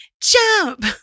Jump